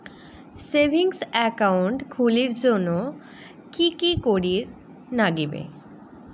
Savings account খুলির জন্যে কি কি করির নাগিবে?